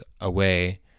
away